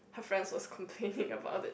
her friends was complaining about it